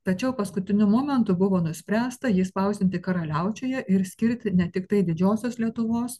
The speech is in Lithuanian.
tačiau paskutiniu momentu buvo nuspręsta jį spausdinti karaliaučiuje ir skirti ne tiktai didžiosios lietuvos